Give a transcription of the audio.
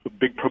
big